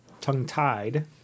tongue-tied